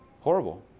Horrible